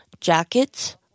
jackets